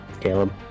Caleb